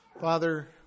Father